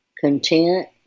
Content